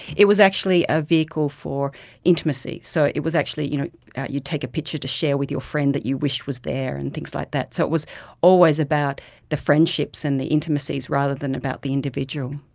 it was actually a vehicle for intimacy. so it it was actually you know you take a picture to share with your friend that you wished was there and things like that. so it was always about the friendships and the intimacies rather than about the individual.